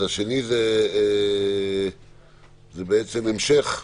השני זה בעצם המשך.